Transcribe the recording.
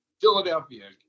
Philadelphia